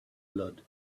blood